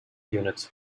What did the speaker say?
units